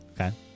Okay